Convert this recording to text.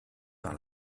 par